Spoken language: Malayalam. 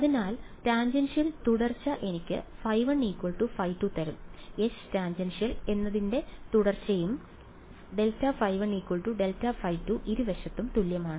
അതിനാൽ ടാൻജെൻഷ്യലിന്റെ തുടർച്ച എനിക്ക് ϕ1 ϕ2 തരും Htan എന്നതിന്റെ തുടർച്ചയും ∇ϕ1 ∇ϕ2 ഇരുവശത്തും തുല്യമാണ്